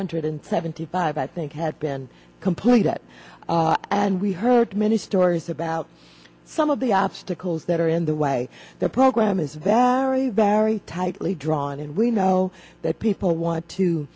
hundred and seventy five i think had been completed and we heard many stories about some of the obstacles that are in the way the program is that are a very tightly drawn and we know that people want to